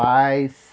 पायस